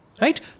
Right